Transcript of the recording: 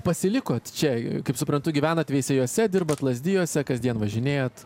pasilikot čia kaip suprantu gyvenat veisiejuose dirbate lazdijuose kasdien važinėjat